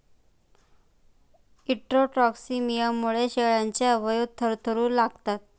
इंट्राटॉक्सिमियामुळे शेळ्यांचे अवयव थरथरू लागतात